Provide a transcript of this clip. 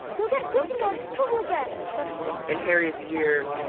you'll get gryffindor into trouble again in harry's year,